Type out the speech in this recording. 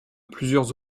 plusieurs